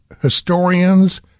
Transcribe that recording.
historians